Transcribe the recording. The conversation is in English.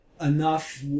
enough